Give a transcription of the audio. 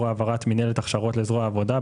העברת מינהלת הכשרות לזרוע העבודה,